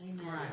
Amen